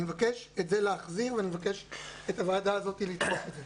אני מבקש את זה להחזיר ואני מבקש את הוועדה הזאת לקדם את זה.